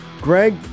Greg